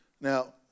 now